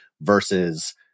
versus